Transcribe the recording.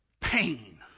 Pain